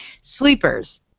Sleepers